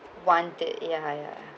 want it ya ya